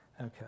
Okay